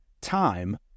Time